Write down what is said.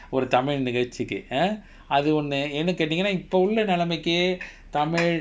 ஒரு:oru tamil நிகழ்சிக்கு:nikalchikku ah அது ஒன்னு ஏன்னு கேட்டிங்கனா இப்ப உள்ள நெலமைக்கு:athu onnu yaennu kaetinganaa ippa ulla nilamaikku